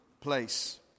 place